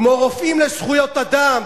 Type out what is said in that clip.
כמו "רופאים לזכויות אדם",